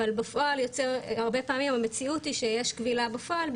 אבל הרבה פעמים המציאות היא שיש כבילה בפועל,